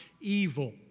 evil